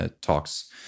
talks